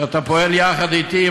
שבו אתה פועל יחד אתי,